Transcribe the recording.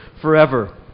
forever